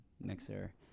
mixer